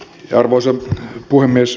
arvoisa puhemies